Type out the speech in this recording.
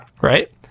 right